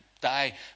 die